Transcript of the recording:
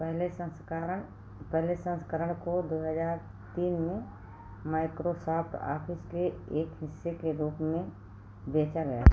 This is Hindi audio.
पहले संस्करण पहले संस्करण को दो हजार तीन में माइक्रोसॉफ्ट ऑफिस के एक हिस्से के रूप में बेचा गया